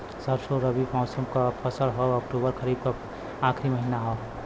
सरसो रबी मौसम क फसल हव अक्टूबर खरीफ क आखिर महीना हव